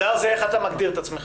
מגדר זה איך אתה מגדיר את עצמך.